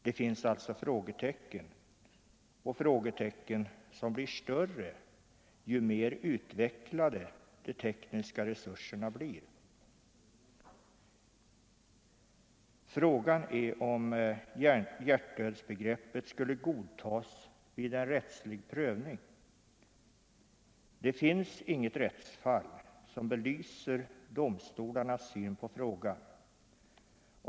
Det finns alltså frågetecken — frågetecken som blir större ju mer utvecklade de tekniska resurserna blir. Frågan är om hjärtdödsbegreppet skulle godtas vid en rättslig prövning. Det finns inget rättsfall som belyser domstolarnas syn på saken.